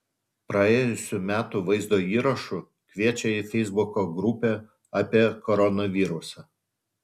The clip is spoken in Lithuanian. praėjusių metų vaizdo įrašu kviečia į feisbuko grupę apie koronavirusą